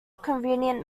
convenient